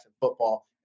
football